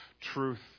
truth